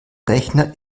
rechner